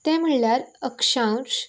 ते म्हळ्यार अक्शाव्श